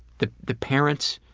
the the parents